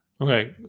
Okay